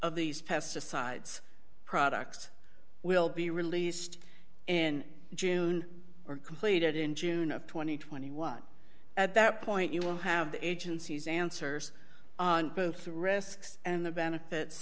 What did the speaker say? of these pesticides products will be released in june or completed in june of two thousand and twenty one at that point you will have the agency's answers on both risks and the benefits